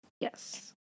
Yes